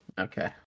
Okay